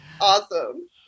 awesome